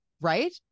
right